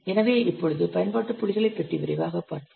எனவே இப்பொழுது பயன்பாட்டு புள்ளிகளைப் பற்றி விரைவாகப் பார்ப்போம்